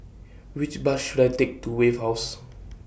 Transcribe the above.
Which Bus should I Take to Wave House